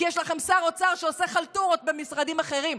כי יש לכם שר אוצר שעושה חלטורות במשרדים אחרים,